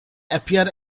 appear